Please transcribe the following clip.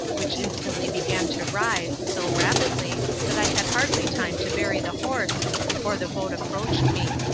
which instantly began to rise, so rapidly, that i had hardly time to bury the horse before the boat approached me.